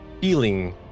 feeling